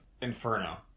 Inferno